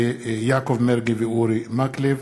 יעקב מרגי ואורי מקלב,